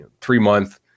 three-month